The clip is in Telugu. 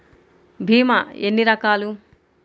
భీమ ఎన్ని రకాలు?